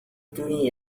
doing